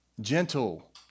gentle